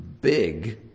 big